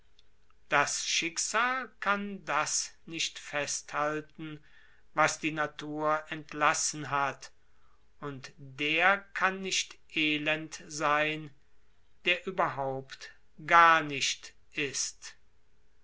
das schicksal kann das nicht festhalten was die natur entlassen hat und der kann nicht elend sein der gar nicht ist